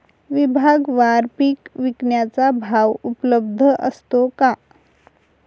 विभागवार पीक विकण्याचा भाव उपलब्ध असतो का?